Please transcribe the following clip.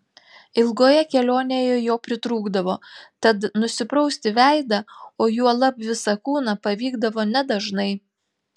ilgoje kelionėje jo pritrūkdavo tad nusiprausti veidą o juolab visą kūną pavykdavo nedažnai